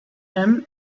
him